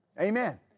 Amen